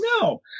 No